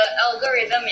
algorithm